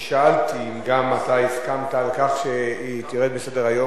אני שאלתי אם גם אתה הסכמת על כך שהיא תרד מסדר-היום.